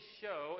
show